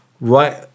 Right